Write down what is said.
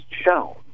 shown